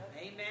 Amen